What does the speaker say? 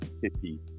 City